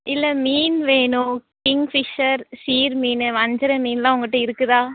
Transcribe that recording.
இல்லை மீன் வேணும் கிங் ஃபிஷர் சீர் மீன் வஞ்சரம் மீனெலாம் உங்கள்கிட்ட இருக்குதுதா